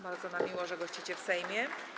Bardzo nam miło, że gościcie w Sejmie.